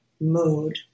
mode